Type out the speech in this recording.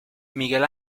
miguel